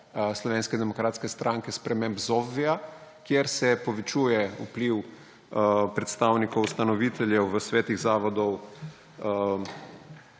Slovenske demokratske stranke sprememb ZOFVI-ja, kjer se povečuje vpliv predstavnikov ustanoviteljev v svetih zavodov,